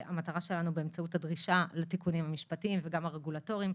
המטרה שלנו באמצעות הדרישה לתיקונים המשפטיים וגם הרגולטורים,